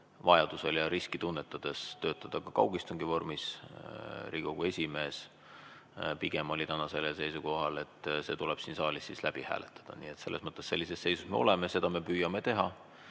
vajaduse korral ja riski tunnetades töötada ka kaugistungi vormis. Riigikogu esimees pigem oli täna sellel seisukohal, et see tuleb siin saalis läbi hääletada. Nii et sellises seisus me oleme, seda me püüame teha.